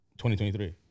2023